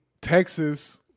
Texas